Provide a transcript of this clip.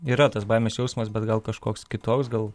yra tas baimės jausmas bet gal kažkoks kitoks gal